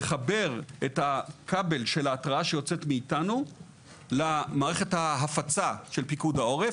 לחבר את הכבל של ההתרעה שיוצאת מאיתנו למערכת ההפצה של פיקוד העורף.